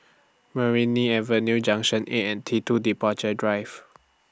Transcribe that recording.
Meranti Avenue Junction eight and T two Departure Drive